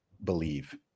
believe